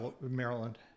Maryland